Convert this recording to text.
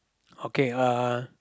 okay uh